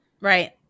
Right